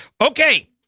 Okay